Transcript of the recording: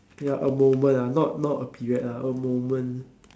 ya a moment ah not not a period a moment